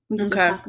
Okay